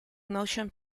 motion